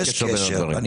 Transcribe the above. אין שום קשר בין הדברים.